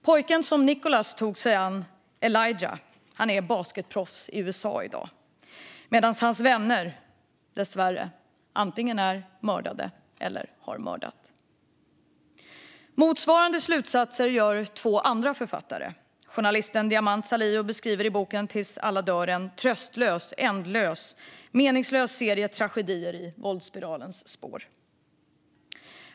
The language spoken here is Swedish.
Pojken som Nicolas tog sig an, Elijah, är basketproffs i USA i dag, medan hans vänner dessvärre antingen är mördade eller har mördat. Motsvarande slutsatser drar två andra författare. Journalisten Diamant Salihu beskriver i boken Tills alla dör en tröstlös, ändlös, meningslös serie tragedier i våldsspiralens spår.